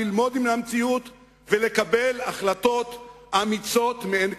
ללמוד מהמציאות ולקבל החלטות אמיצות מאין כמותן.